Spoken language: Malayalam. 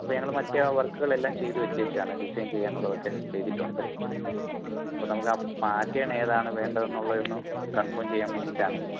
ഇപ്പം ഞങ്ങൾ മറ്റേ ആ വർക്കുകളെല്ലാം ചെയ്തു വെച്ചേക്കുവാണ് ഡിസൈൻ ചെയ്യാനുള്ളതൊക്കെ ചെയ്തിട്ടുണ്ട് അപ്പോൾ നമുക്കാ പാറ്റേൺ ഏതാണ് വേണ്ടതെന്നുള്ളത് ഒന്ന് കൺഫേം ചെയ്യാൻ വേണ്ടിയിട്ടാണ്